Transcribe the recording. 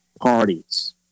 parties